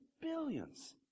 billions